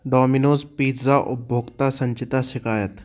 Domino's pizza उपभोक्ता संचिता शिकायत